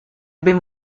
ben